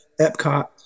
Epcot